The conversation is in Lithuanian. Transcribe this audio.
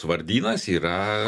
vardynas yra